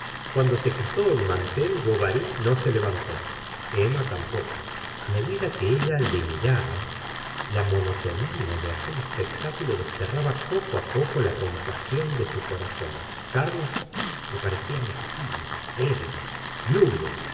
cuando se quitó el mantel bovary no se levantó emma tampoco a medida que ella le miraba la monotonía de aquel espectáculo desterraba poco á poco la compasión de su corazón carlos le parecía mezquino débil nulo